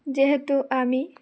যেহেতু আমি